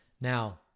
Now